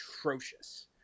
atrocious